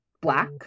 black